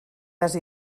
les